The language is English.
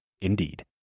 Indeed